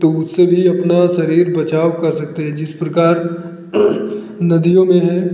तो उससे भी अपना शरीर बचाव कर सकते हैं जिस प्रकार नदियों में है